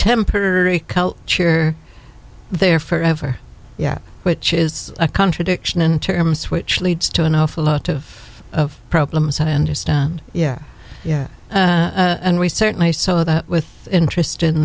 temporary culture there forever yeah which is a contradiction in terms which leads to an awful lot of problems i understand yeah yeah and we certainly saw that with interest in